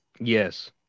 yes